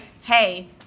hey